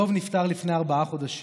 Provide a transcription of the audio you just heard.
דב נפטר לפני ארבעה חודשים,